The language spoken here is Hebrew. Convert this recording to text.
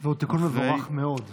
והוא תיקון מבורך מאוד.